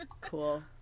Cool